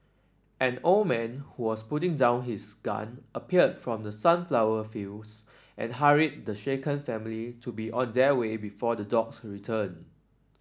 an old man who was putting down his gun appeared from the sunflower fields and hurried the shaken family to be on their way before the dogs return